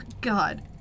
God